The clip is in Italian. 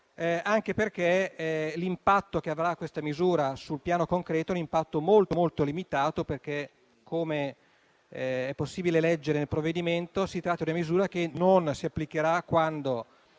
anche perché l'impatto che avrà questa misura sul piano concreto sarà molto limitato, perché, come è possibile leggere nel provvedimento, si tratta di una misura che non si applicherà quando